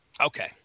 Okay